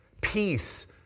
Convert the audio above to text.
Peace